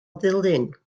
ddulyn